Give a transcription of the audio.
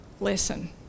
lesson